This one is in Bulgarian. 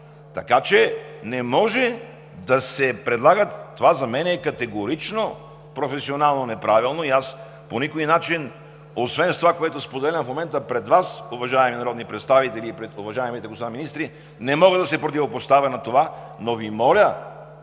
така че не може да се предлагат. Това за мен е категорично професионално неправилно и аз по никой начин, освен с това, което споделям в момента пред Вас, уважаеми народни представители, и пред уважаемите господа министри, не мога да се противопоставя на това, но Ви моля